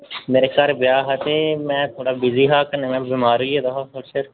मेरे घर ब्याह् हा ते में थोह्ड़ा बिज़ी हा ते कन्नै में बमार होई गेदा हा सर